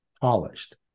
polished